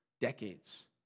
decades